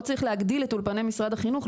לא צריך להגדיל את אולפני משרד החינוך,